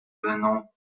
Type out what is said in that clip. venant